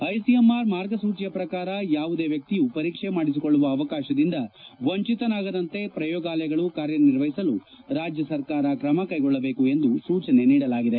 ICMR ಮಾರ್ಗಸೂಚಿಯ ಪ್ರಕಾರ ಯಾವುದೇ ವ್ಯಕ್ತಿಯೂ ಪರೀಕ್ಷೆ ಮಾಡಿಸಿಕೊಳ್ಳುವ ಅವಕಾಶದಿಂದ ವಂಚಿತನಾಗದಂತೆ ಪ್ರಯೋಗಾಲಯಗಳು ಕಾರ್ಯನಿರ್ವಹಿಸಲು ರಾಜ್ಯ ಸರ್ಕಾರ ಕ್ರಮ ಕ್ಲೆಗೊಳ್ಳದೇಕು ಎಂದು ಸೂಚನೆ ನೀಡಲಾಗಿದೆ